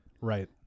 Right